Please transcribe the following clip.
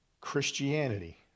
Christianity